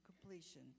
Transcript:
completion